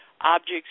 objects